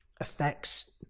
affects